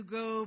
go